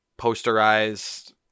posterized